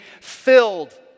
filled